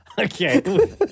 Okay